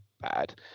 bad